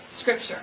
scripture